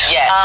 Yes